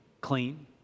clean